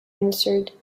answered